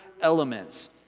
elements